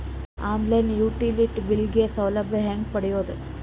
On line utility bill ಗ ಸೌಲಭ್ಯ ಹೇಂಗ ಪಡೆಯೋದು?